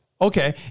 okay